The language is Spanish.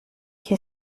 que